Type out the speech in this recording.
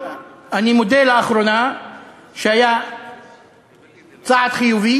אני מודה שלאחרונה היה צעד חיובי,